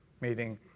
meeting